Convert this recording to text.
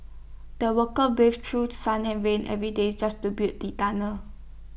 the workers braved through sun and rain every day just to build the tunnel